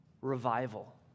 revival